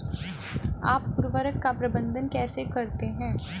आप उर्वरक का प्रबंधन कैसे करते हैं?